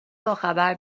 باخبر